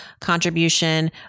contribution